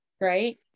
right